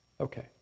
Okay